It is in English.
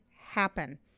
happen